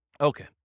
Okay